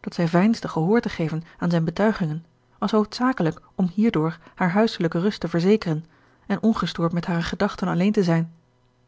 dat zij veinsde gehoor te geven aan zijne betuigingen was hoofdzakelijk om hierdoor hare huiselijke rust te verzekeren en ongestoord met hare gedachten alleen te zijn